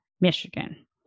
Michigan